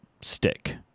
stick